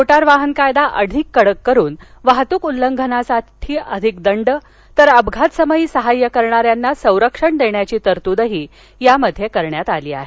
motor वाहन कायदा अधिक कडक करुन वाहतुक उल्लंघनासाठी अधिक कंडक दंड तर अपघात समयी सहाय्य करणाऱ्यांना संरक्षण देण्याची तरतुदही त्यात करण्यात आली आहे